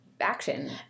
action